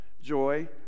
joy